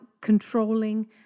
controlling